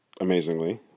amazingly